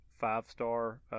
five-star